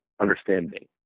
understanding